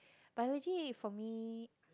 biology for me